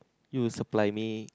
he will supply me